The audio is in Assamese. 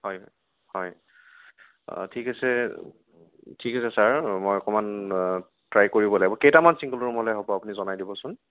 হয় হয় অঁ ঠিক আছে ঠিক আছে ছাৰ মই অকণমান ট্ৰাই কৰিব লাগিব কেইটামান চিংগোল ৰুম হ'লে হ'ব আপুনি জনাই দিবছোন